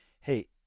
hey